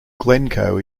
glencoe